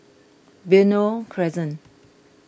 Benoi Crescent